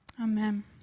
Amen